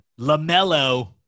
LaMelo